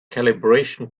calibration